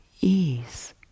Ease